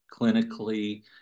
clinically